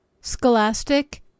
scholastic